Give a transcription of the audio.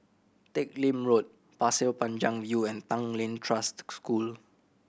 Teck Lim Road Pasir Panjang View and Tanglin Trust School